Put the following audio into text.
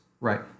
Right